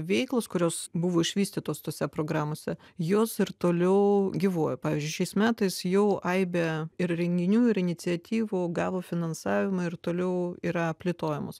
veiklos kurios buvo išvystytos tose programose jos ir toliau gyvuoja pavyzdžiui šiais metais jau aibė ir renginių ir iniciatyvų gavo finansavimą ir toliau yra plėtojamos